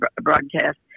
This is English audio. broadcast